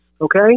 okay